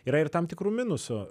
yra ir tam tikrų minusų